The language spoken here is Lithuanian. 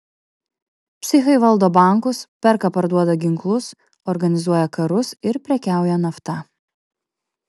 psichai valdo bankus perka parduoda ginklus organizuoja karus ir prekiauja nafta